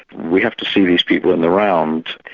we have to see these people in the round.